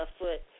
afoot